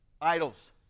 Idols